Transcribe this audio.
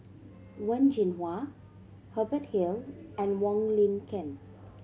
Wen Jinhua Hubert Hill and Wong Lin Ken